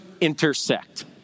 intersect